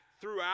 throughout